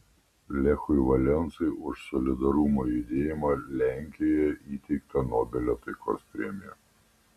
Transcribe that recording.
lechui valensai už solidarumo judėjimą lenkijoje įteikta nobelio taikos premija